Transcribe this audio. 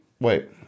Wait